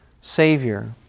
Savior